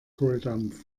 kohldampf